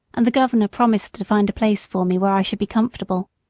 and the governor promised to find a place for me where i should be comfortable.